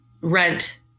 rent